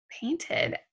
painted